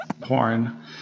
porn